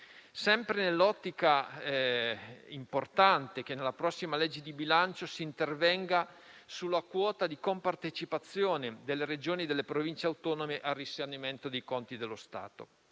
sempre nell'ottica, importante, che nella prossima legge di bilancio si intervenga sulla quota di compartecipazione delle Regioni e delle Province autonome al risanamento dei conti dello Stato.